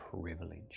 privilege